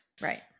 Right